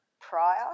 prior